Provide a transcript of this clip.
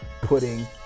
Putting